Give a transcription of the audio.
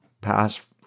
pass